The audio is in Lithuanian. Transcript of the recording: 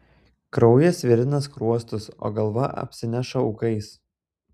kraujas virina skruostus o galva apsineša ūkais